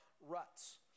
ruts